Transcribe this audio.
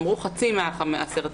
אמרו חצי מה-10,000.